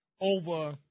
over